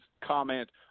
comment